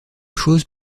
chose